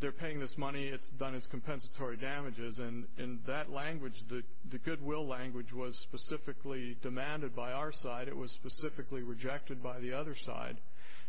they're paying this money it's done it's compensatory damages and in that language the goodwill language was specifically demanded by our side it was specifically rejected by the other side